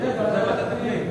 שיהיה ועדת הפנים.